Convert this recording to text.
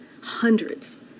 hundreds